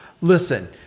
Listen